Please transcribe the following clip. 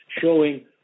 showing